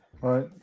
Right